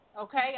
Okay